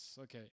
Okay